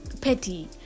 petty